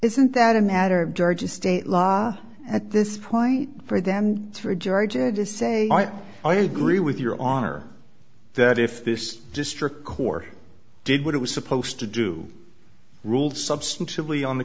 isn't that a matter of georgia state law at this point for them for georgia to say i agree with your honor that if this district court did what it was supposed to do ruled substantively on the